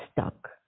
stuck